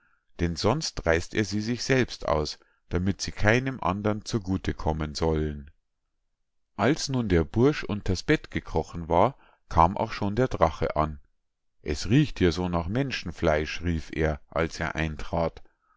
denn sonst reißt er sie sich selbst aus damit sie keinem andern zu gute kommen sollen als nun der bursch unters bett gekrochen war kam auch schon der drache an es riecht hier so nach menschenfleisch rief er als er eintrat